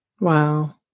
Wow